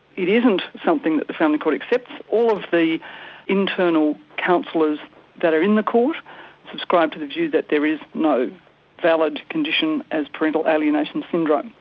it isn't something that the family court accepts. all of the internal counsellors that are in the court subscribe to the view that there is no valid condition as parental alienation syndrome.